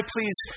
Please